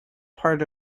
part